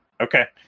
Okay